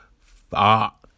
fuck